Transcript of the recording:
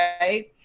right